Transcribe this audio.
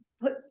put